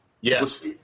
Yes